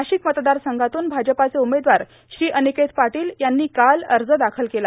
नाशिक मतदार संघातून भाजपाचे उमेदवार अनिकेत पाटील यांनी काल अर्ज दाखल केला